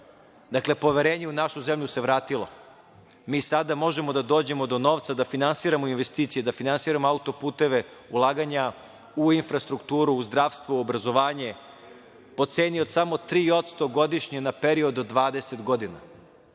Dakle, poverenje u našu zemlju se vratilo. Mi sada možemo da dođemo do novca, da finansiramo investicije, da finansiramo autoputeve, ulaganja u infrastrukturu, u zdravstvo, u obrazovanje, po ceni od samo 3% godišnje, na period od 20 godina.